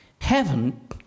Heaven